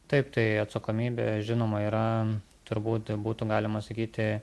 taip tai atsakomybė žinoma yra turbūt būtų galima sakyti